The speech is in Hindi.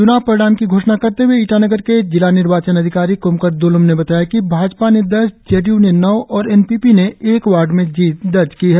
च्नाव परिणाम की घोषणा करते हुए ईटानगर के जिला निर्वाचन अधिकारी कोमकर दलोम ने बताया कि भाजपा ने दस जेडीयू ने नौ और एन पी पी ने एक वार्ड में जीत दर्ज की है